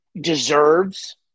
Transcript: deserves